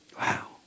Wow